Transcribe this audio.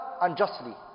unjustly